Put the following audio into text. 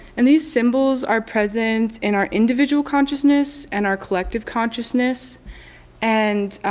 and these symbols are present in our individual consciousness and our collective consciousness and